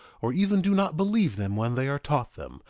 or even do not believe them when they are taught them,